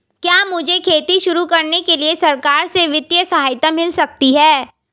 क्या मुझे खेती शुरू करने के लिए सरकार से वित्तीय सहायता मिल सकती है?